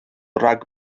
rhag